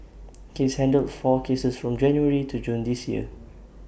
case handled four cases from January to June this year